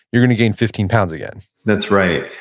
you're going to gain fifteen pounds again that's right,